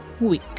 week